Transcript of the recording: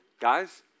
Guys